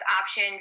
option